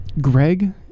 Greg